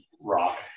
rock